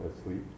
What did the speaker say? asleep